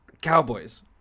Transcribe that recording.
Cowboys